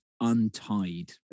untied